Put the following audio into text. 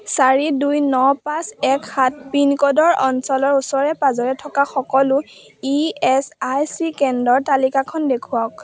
চাৰি দুই ন পাঁচ এক সাত পিনক'ডৰ অঞ্চলৰ ওচৰে পাঁজৰে থকা সকলো ই এছ আই চি কেন্দ্ৰৰ তালিকাখন দেখুৱাওক